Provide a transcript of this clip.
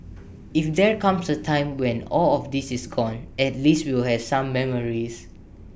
if there comes A time when all of this is gone at least we will have some memories